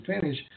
finish